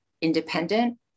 independent